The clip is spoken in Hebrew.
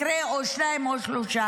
מקרה או שניים או שלושה,